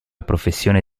professione